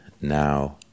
now